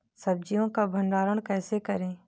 सब्जियों का भंडारण कैसे करें?